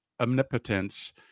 omnipotence